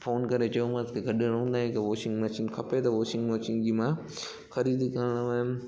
phone करे चयोमांसि की गॾ रहंदा आहिनि त वॉशिंग मशीन खपे त वॉशिंग मशीन जी मां ख़रीदी करण वियुमि